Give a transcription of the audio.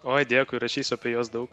oi dėkui rašysiu apie juos daug